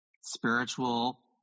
spiritual